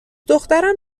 دخترم